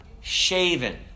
shaven